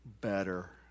better